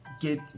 get